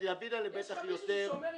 לדוד היא בטח יקרה יותר,